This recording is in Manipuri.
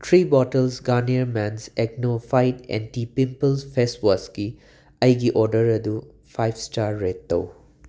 three bottles Garnier men's acno fight anti pimple ꯐꯦꯁꯋꯥꯁꯛꯤ ꯑꯩꯒꯤ ꯑꯣꯔꯗꯔ ꯑꯗꯨ ꯐꯥꯏꯞ ꯁ꯭ꯇꯥꯔ ꯔꯦꯠ ꯇꯩ